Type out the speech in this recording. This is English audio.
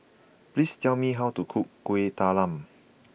please tell me how to cook Kuih Talam